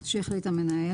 וכולי.